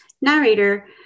narrator